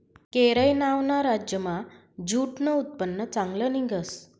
केरय नावना राज्यमा ज्यूटनं उत्पन्न चांगलं निंघस